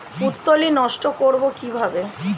পুত্তলি নষ্ট করব কিভাবে?